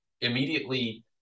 immediately